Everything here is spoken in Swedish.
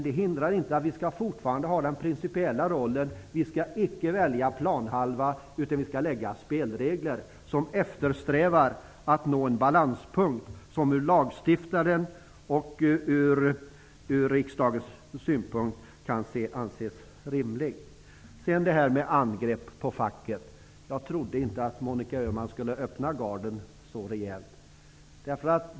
Det hindrar inte att vi fortfarande skall ha den principiella rollen, vi skall icke välja planhalva, utan vi skall eftersträva att lägga fast spelregler så att en balanspunkt kan nås som ur riksdagens, lagstiftarens, synpunkt kan anses rimlig. Beträffande angrepp på facket trodde jag inte att Monica Öhman skulle öppna garden så rejält.